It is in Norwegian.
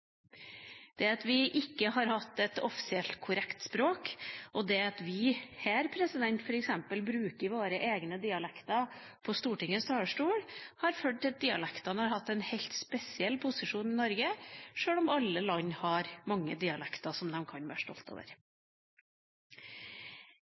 på. Det at vi ikke har hatt et offisielt korrekt språk, og det at vi her f.eks. bruker våre egne dialekter på Stortingets talerstol, har ført til at dialektene har hatt en helt spesiell posisjon i Norge, sjøl om alle land har mange dialekter som de kan være